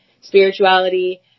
spirituality